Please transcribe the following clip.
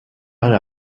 der